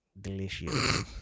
delicious